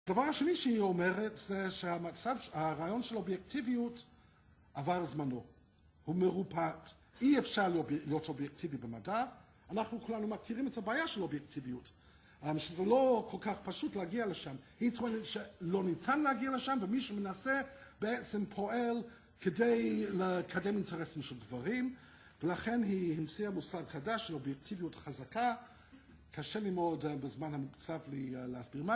הדבר השני שהיא אומרת זה שהרעיון של אובייקטיביות עבר זמנו, הוא מרופט. אי אפשר להיות אובייקטיבי במדע, אנחנו כולנו מכירים את הבעיה של אובייקטיביות. שזה לא כל כך פשוט להגיע לשם, היא טוענת שלא ניתן להגיע לשם ומי שמנסה בעצם פועל כדי לקדם אינטרסים של גברים, ולכן היא המציאה מוסג חדש של אובייקטיביות חזקה, קשה לי מאוד בזמן המוקצב להסביר מה זה.